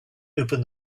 open